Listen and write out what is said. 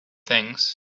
things